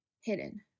hidden